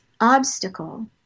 obstacle